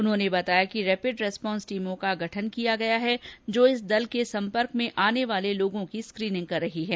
उन्होनें बताया कि रेपिड रेस्पॉन्स टीमों का गठन किया गया है जो इस दल के संपर्क में आने वाले लोगों की स्क्रीनिंग कर रही हैं